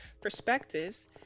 perspectives